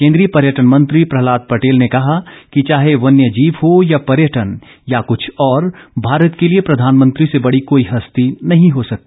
केंद्रीय पर्यटन मंत्री प्रह्लाद पटेल ने कहा चाहे वन्य जीव हो या पर्यटन या कुछ और भारत के लिए प्रधानमंत्री से बड़ी कोई हस्ती नहीं हो सकती